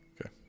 Okay